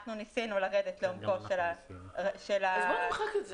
אנחנו ניסינו לרדת לעומקו של --- אז בואו נמחק את זה.